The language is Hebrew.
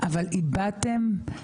סליחה שלא הזכרתי את שמך,